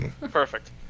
Perfect